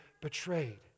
betrayed